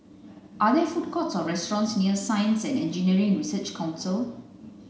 are there food courts or restaurants near Science and Engineering Research Council